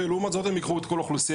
ולעומת זאת הם ייקחו את כל האוכלוסייה